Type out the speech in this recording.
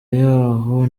yaho